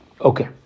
Okay